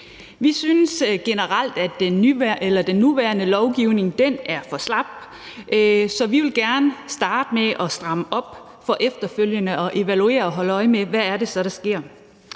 Vi synes generelt, at den nuværende lovgivning er for slap, så vi vil gerne starte med at stramme op for efterfølgende at evaluere og holde øje med, hvad det så er,